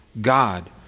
God